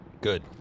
Good